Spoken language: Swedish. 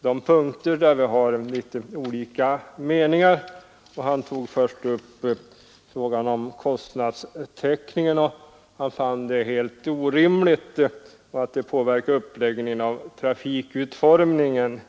de punkter där vi har litet olika meningar. Han började med att beröra frågan om kostnadstäckningen och fann det helt orimligt att den påverkar uppläggningen av trafikutformningen.